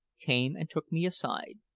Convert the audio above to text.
came and took me aside,